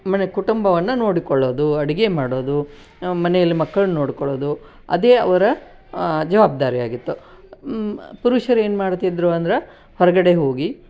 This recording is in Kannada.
ಮನೆ ಕುಟುಂಬವನ್ನು ನೋಡಿಕೊಳ್ಳೋದು ಅಡುಗೆ ಮಾಡೋದು ಮನೆಯಲ್ಲಿ ಮಕ್ಕಳನ್ನ ನೊಡಿಕೊಳ್ಳೊದು ಅದೇ ಅವರ ಜವಾಬ್ದಾರಿಯಾಗಿತ್ತು ಪುರುಷರು ಏನು ಮಾಡ್ತಿದ್ರು ಅಂದ್ರೆ ಹೊರಗಡೆ ಹೋಗಿ